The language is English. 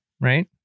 right